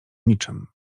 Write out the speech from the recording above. niczym